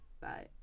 Bye